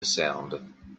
sound